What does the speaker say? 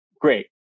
great